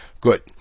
Good